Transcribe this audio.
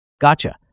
Gotcha